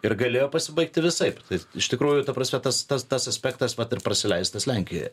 ir galėjo pasibaigti visaip tai iš tikrųjų ta prasme tas tas tas aspektas vat ir prasileistas lenkijoje